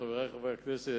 חברי חברי הכנסת,